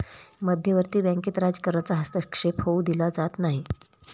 मध्यवर्ती बँकेत राजकारणाचा हस्तक्षेप होऊ दिला जात नाही